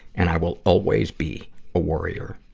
and i will always be a worrier.